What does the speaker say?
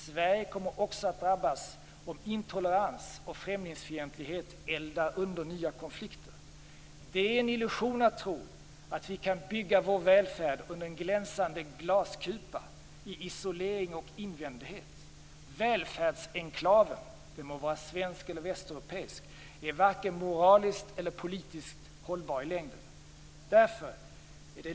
Sverige kommer också att drabbas om intolerans och främlingsfientlighet eldar under nya konflikter. Det är en illusion att tro att vi kan bygga vår välfärd under en glänsande glaskupa, i isolering och inåtvändhet. Välfärdsenklaven, den må vara svensk eller västeuropeisk, är i längden varken moraliskt eller politiskt hållbar.